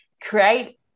create